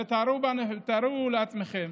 תארו לעצמכם